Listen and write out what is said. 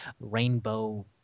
rainbow